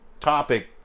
topic